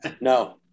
No